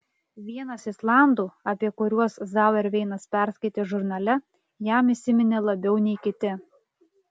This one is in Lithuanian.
vienas islandų apie kuriuos zauerveinas perskaitė žurnale jam įsiminė labiau nei kiti